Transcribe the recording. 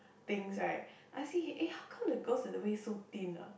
things right I see eh how come the girls the waist so thin ah